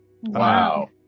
Wow